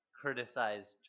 criticized